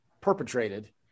perpetrated